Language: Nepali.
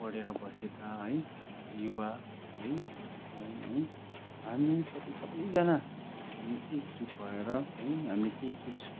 पढेर बसेका है युवा है हौँ है हामी तपाईँ सबैजना हामी एकजुट भएर है हामी केही कुछ